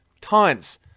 tons